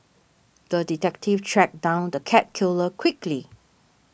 the detective tracked down the cat killer quickly